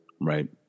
Right